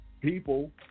People